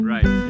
Right